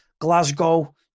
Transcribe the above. Glasgow